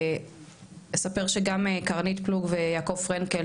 אספר שגם כרמית פלוג ויעקב פרנקל,